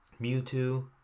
Mewtwo